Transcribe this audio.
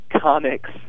Comics